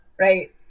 right